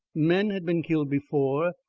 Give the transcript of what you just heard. men had been killed before,